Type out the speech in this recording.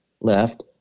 left